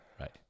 Right